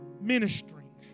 ministering